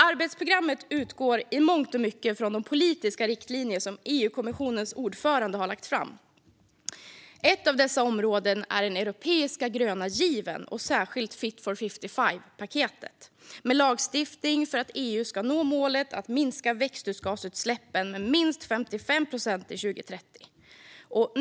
Arbetsprogrammet utgår i mångt och mycket från de politiska riktlinjer som EU-kommissionens ordförande lagt fram. Ett område är den europeiska gröna given och särskilt Fit for 55-paketet med lagstiftning för att EU ska nå målet att minska växthusgasutsläppen med minst 55 procent till 2030.